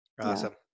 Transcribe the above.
Awesome